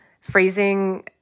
phrasing